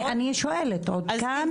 אני שואלת, עודכן?